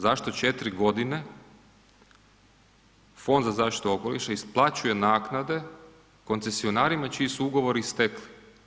Zašto četiri godine Fond za zaštitu okoliša isplaćuje naknade koncesionarima čiji su ugovori istekli?